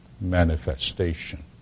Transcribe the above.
manifestation